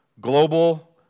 global